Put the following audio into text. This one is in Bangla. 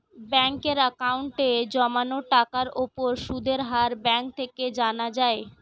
ব্যাঙ্কের অ্যাকাউন্টে জমানো টাকার উপর সুদের হার ব্যাঙ্ক থেকে জানা যায়